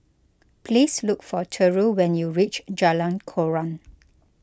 please look for Terrill when you reach Jalan Koran